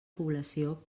població